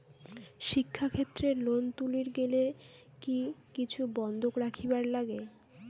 শিক্ষাক্ষেত্রে লোন তুলির গেলে কি কিছু বন্ধক রাখিবার লাগে?